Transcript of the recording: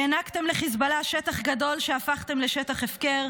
הענקתם לחיזבאללה שטח גדול שהפכתם לשטח הפקר,